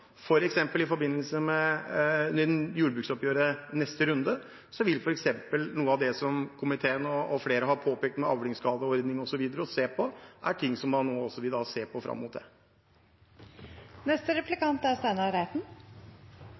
at i forbindelse med jordbruksoppgjøret i neste runde vil f.eks. noe av det som komiteen og flere har påpekt når det gjelder avlingsskadeordning osv., være noe man vil se på fram mot det. Kristelig Folkeparti er